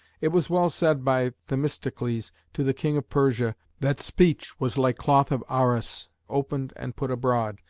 it was well said by themistocles to the king of persia, that speech was like cloth of arras opened and put abroad,